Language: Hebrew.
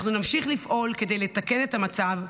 אנחנו נמשיך לפעול כדי לתקן את המצב,